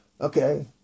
Okay